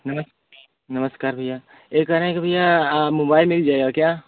नमस्ते नमस्कार भैया यह कह रहे कि भैया मोबाइल मिल जाएगा क्या